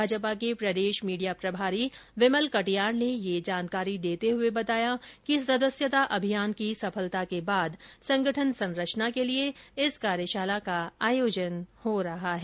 भाजपा के प्रदेश मीडिया प्रभारी विमल कटियार ने यह जानकारी देते हुए बताया कि सदस्यता अभियान की सफलता के बाद संगठन संरचना के लिये इस कार्यशाला का आयोजन किया जा रहा है